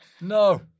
No